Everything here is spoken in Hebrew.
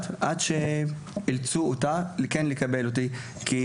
ולבסוף אילצו אותה לקבל אותי מתוקף שאלת הסבירות,